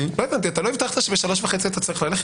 הבנתי, לא הבטחת שבשלוש וחצי אתה צריך ללכת?